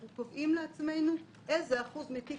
אנחנו קובעים לעצמנו איזה אחוז מתיק